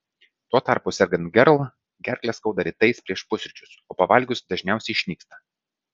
tuo tarpu sergant gerl gerklę skauda rytais prieš pusryčius o pavalgius dažniausiai išnyksta